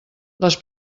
les